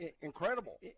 incredible